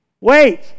Wait